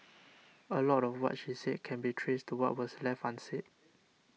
a lot of what she said can be traced to what was left unsaid